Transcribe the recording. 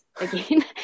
again